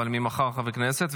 אבל ממחר חבר כנסת,